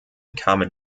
kamen